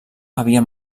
havia